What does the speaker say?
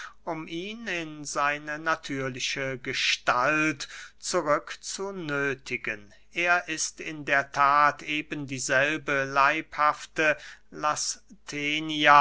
um ihn in seine natürliche gestalt zurückzunöthigen er ist in der that eben dieselbe